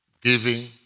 giving